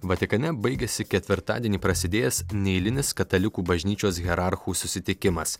vatikane baigėsi ketvirtadienį prasidės neeilinis katalikų bažnyčios hierarchų susitikimas